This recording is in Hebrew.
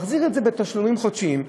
מחזיר את זה בתשלומים חודשיים.